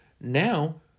Now